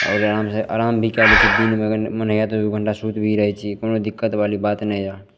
आओर आरामसे आराम भी कै लै छी दिनमे मोन होइए तऽ दुइ घण्टा सुति भी रहै छिए कोनो दिक्कतवाली बात नहि यऽ